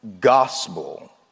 gospel